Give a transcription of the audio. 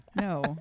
no